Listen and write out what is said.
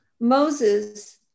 Moses